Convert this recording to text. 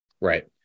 Right